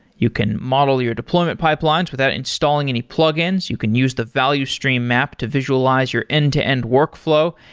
you can model your deployment pipelines without installing any plugins. you can use the value stream map to visualize your end-to-end workflow,